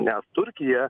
nes turkija